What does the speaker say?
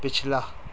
پچھلا